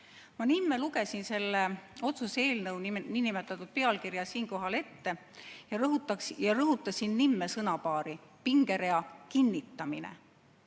Ma nimme lugesin selle otsuse eelnõu nn pealkirja siin ette ja rõhutasin nimme sõnapaari "pingerea kinnitamine".